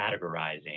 categorizing